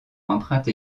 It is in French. emprunte